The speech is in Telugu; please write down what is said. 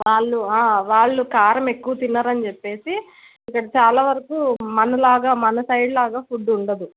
వాళ్ళు వాళ్ళు కారం ఎక్కువ తినరనిచెప్పి ఇక్కడ చాలా వరకు మనలాగా మన సైడ్ లాగా ఫుడ్డు ఉండదు